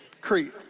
Crete